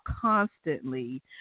constantly